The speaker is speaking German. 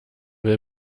will